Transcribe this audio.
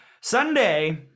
Sunday